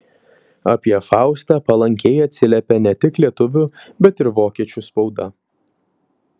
apie faustą palankiai atsiliepė ne tik lietuvių bet ir vokiečių spauda